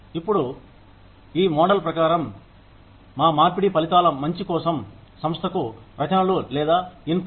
ఇప్పుడు ఈ మోడల్ ప్రకారం మార్పిడి ఫలితాల మంచి కోసం సంస్థకు రచనలు లేదా ఇన్పుట్